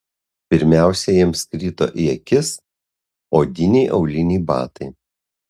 pirmiausia jiems krito į akis odiniai auliniai batai